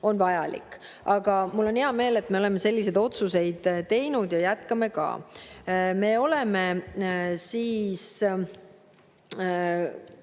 on vajalik. Aga mul on hea meel, et me oleme selliseid otsuseid teinud ja jätkame ka. Me oleme